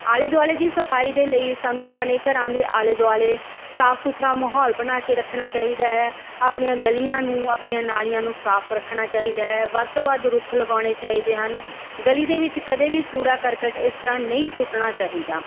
ਆਲੇ ਦੁਆਲੇ ਦੀ ਸਫਾਈ ਦੇ ਲਈ ਸਾਨੂੰ ਆਪਣੇ ਘਰਾਂ ਦੇ ਆਲੇ ਦੁਆਲੇ ਸਾਫ਼ ਸੁਥਰਾ ਮਾਹੌਲ ਬਣਾ ਕੇ ਰੱਖਣਾ ਚਾਹੀਦਾ ਹੈ ਆਪਣੀਆਂ ਗਲੀਆਂ ਨੂੰ ਆਪਣੀਆਂ ਨਾਲੀਆਂ ਨੂੰ ਸਾਫ਼ ਰੱਖਣਾ ਚਾਹੀਦਾ ਹੈ ਵੱਧ ਤੋਂ ਵੱਧ ਰੁੱਖ ਲਗਾਉਣੇ ਚਾਹੀਦੇ ਹਨ ਗਲੀ ਦੇ ਵਿੱਚ ਕਦੇ ਵੀ ਕੂੜਾ ਕਰਕਟ ਇਸ ਤਰ੍ਹਾਂ ਨਹੀਂ ਸੁੱਟਣਾ ਚਾਹੀਦਾ